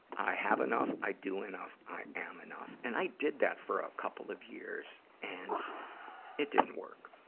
i have enough, i do enough, i am enough. and i did that for a couple of years, and it didn't work.